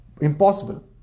impossible